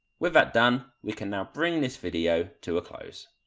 with that done, we can now bring this video to a close.